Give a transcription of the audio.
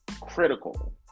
critical